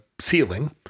ceiling